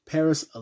Paris